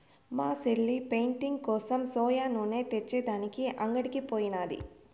మా సెల్లె పెయింటింగ్ కోసం సోయా నూనె తెచ్చే దానికి అంగడికి పోయినాది